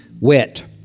wet